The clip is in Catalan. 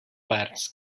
parts